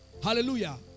Hallelujah